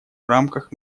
рамках